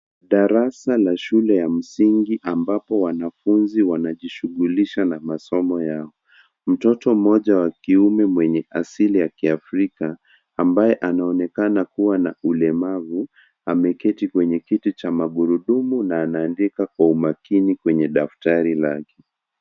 Darasa la shule ya msingi ambapo wanafunzi wanajishughulisha na masomo yao. Mtoto mmoja wa kiume mwenye asili ya kiafrika, ambaye anaonekana kuwa na ulemavu, ameketi kwenye kiti cha magurudumu na anaandika kwa umakini kwenye daftari lake.